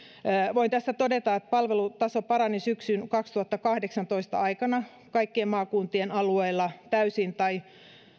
voin tässä todeta että palvelutaso parani syksyn kaksituhattakahdeksantoista aikana kaikkien maakuntien alueilla täysin tai